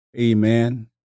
amen